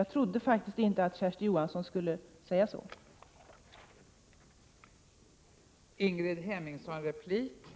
Jag trodde faktiskt inte att Kersti Johansson skulle uttrycka sig så.